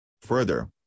Further